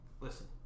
Listen